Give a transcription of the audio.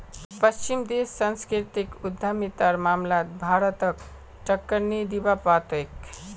पश्चिमी देश सांस्कृतिक उद्यमितार मामलात भारतक टक्कर नी दीबा पा तेक